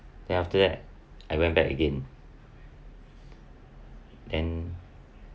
then after that I went back again then